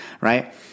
Right